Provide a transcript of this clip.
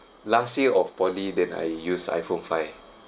last year of poly then I used I_phone five